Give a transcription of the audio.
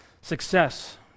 Success